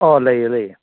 ꯑꯣ ꯂꯩꯌꯦ ꯂꯩꯌꯦ